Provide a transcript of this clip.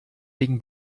wegen